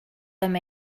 them